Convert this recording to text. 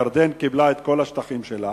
ירדן קיבלה את כל השטחים שלה,